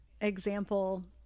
example